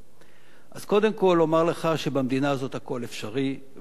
אז קודם כול אומר לך שבמדינה הזאת הכול אפשרי והכול ייתכן,